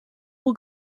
will